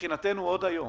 מבחינתנו עוד היום